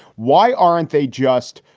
why aren't they just,